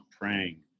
praying